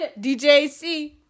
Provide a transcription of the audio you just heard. DJC